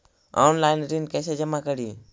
Online ऋण कैसे जमा करी?